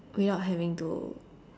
without having to